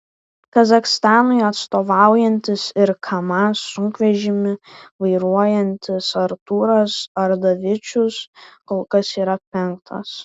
kazachstanui atstovaujantis ir kamaz sunkvežimį vairuojantis artūras ardavičius kol kas yra penktas